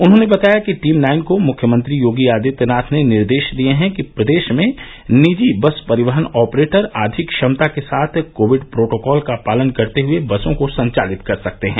उन्होंने बताया कि टीम नाइन को मुख्यमंत्री योगी आदित्यनाथ ने निर्देश दिये हैं कि प्रदेश में निजी बस परिवहन ऑपरेटर आधी क्षमता के साथ कोविड प्रोटोकॉल का पालन करते हुए बसों को संचालित कर सकते हैं